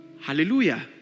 Hallelujah